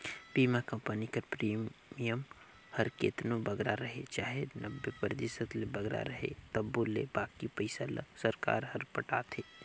बीमा कंपनी कर प्रीमियम हर केतनो बगरा रहें चाहे नब्बे परतिसत ले बगरा रहे तबो ले बाकी पइसा ल सरकार हर पटाथे